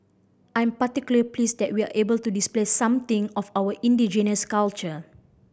I'm particular pleased that we're able to display something of our indigenous culture